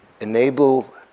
enable